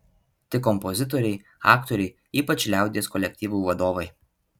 tai kompozitoriai aktoriai ypač liaudies kolektyvų vadovai